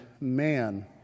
man